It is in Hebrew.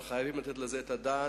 אבל חייבים לתת על זה את הדעת.